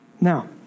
Now